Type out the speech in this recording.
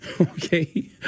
Okay